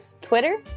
Twitter